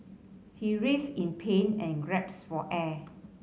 he writhed in pain and grasped for air